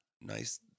Nice